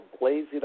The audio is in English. blazing